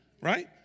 right